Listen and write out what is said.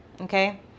okay